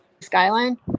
skyline